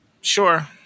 sure